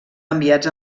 enviats